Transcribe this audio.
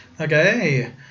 Okay